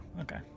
okay